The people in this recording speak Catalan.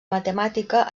matemàtica